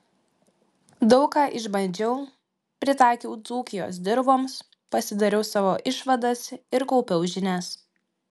daug ką išbandžiau pritaikiau dzūkijos dirvoms pasidariau savo išvadas ir kaupiau žinias